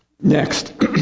Next